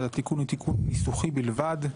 התיקון ניסוחי בלבד.